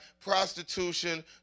prostitution